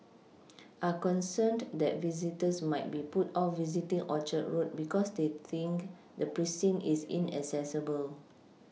are concerned that visitors might be put off visiting Orchard road because they think the precinct is inaccessible